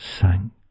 sank